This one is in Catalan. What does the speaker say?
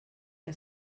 que